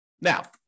Now